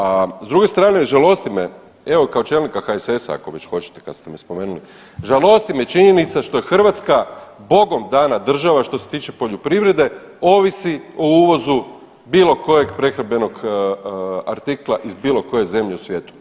A s druge strane žalosti me evo kao čelnika HSS-a ako već hoćete kad ste me spomenuli, žalosti me činjenica što je Hrvatska bogom dana država što se tiče poljoprivrede, ovisi o uvozu bilo kojeg prehrambenog artikla iz bilo koje zemlje u svijetu.